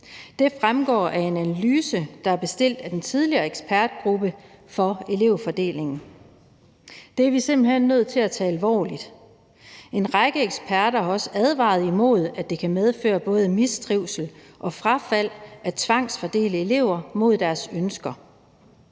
Det fremgår af en analyse, der er bestilt af den tidligere ekspertgruppe for elevfordelingen. Det er vi simpelt hen nødt til at tage alvorligt. En række eksperter har også advaret imod, at det kan medføre både mistrivsel og frafald at tvangsfordele elever imod deres ønsker.